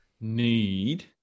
need